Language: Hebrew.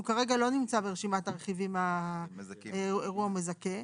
הוא כרגע לא נמצא ברשימת הרכיבים אירוע המזכה.